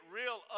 real